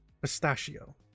pistachio